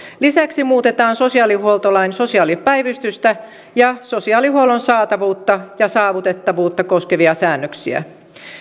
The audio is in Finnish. lisäksi muutetaan sosiaalihuoltolain sosiaalipäivystystä ja sosiaalihuollon saatavuutta ja saavutettavuutta koskevia säännöksiä